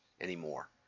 anymore